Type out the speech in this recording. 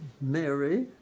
Mary